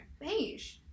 Beige